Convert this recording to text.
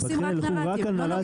עובדים רק על הנר"תים.